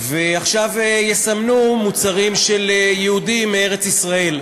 ועכשיו יסמנו מוצרים של יהודים מארץ-ישראל.